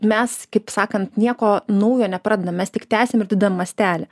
mes kaip sakant nieko naujo nepradedam mes tik tęsime ir tada mastelį